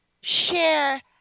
share